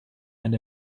and